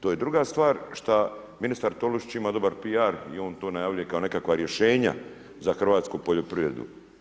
To je druga stvar šta ministar Tolušić ima dobar PR i on to najavljuje kao nekakva rješenja za hrvatsku poljoprivredu.